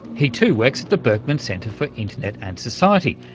he too works at the berkman center for internet and society,